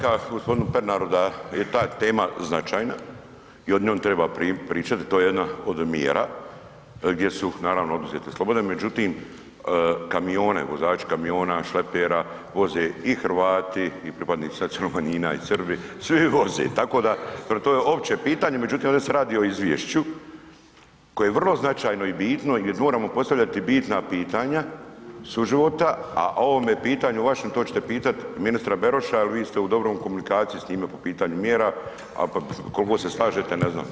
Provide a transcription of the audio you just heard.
Ma ja bi rekao g. Pernaru da je ta tema značajna i o njoj treba pričati, to je jedna od mjera gdje su naravno oduzete slobode međutim, kamione, vozači kamiona, šlepera voze i Hrvati i pripadnici nacionalnih manjina i Srbi, svi voze, tako da prema tome, opće pitanje, međutim ovdje se radi o izvješću koje je vrlo značajno i bitno i gdje moramo postavljati bitna pitanja suživota a o ovome pitanju vašem, to ćete pitat ministra Beroša jer vi ste u dobroj komunikaciji s njime po pitanju mjera, koliko se slažete, ne znam.